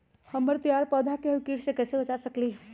हमर तैयार पौधा के हम किट से कैसे बचा सकलि ह?